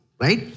right